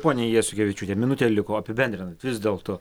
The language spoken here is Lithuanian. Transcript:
ponia jasiukevičiūte minutė liko apibendrinant vis dėlto